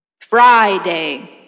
Friday